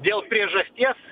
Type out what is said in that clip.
dėl priežasties